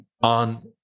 on